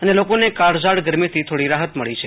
અને લોકોને કાળઝાળ ગરમીથી થોડી રાહત મળી છ